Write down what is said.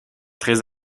très